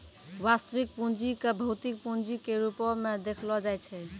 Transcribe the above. वास्तविक पूंजी क भौतिक पूंजी के रूपो म देखलो जाय छै